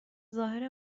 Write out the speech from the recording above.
ظاهر